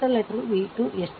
V 2 ಎಷ್ಟು